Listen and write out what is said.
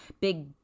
big